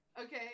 Okay